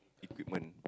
equipment